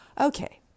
Okay